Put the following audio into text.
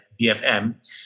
BFM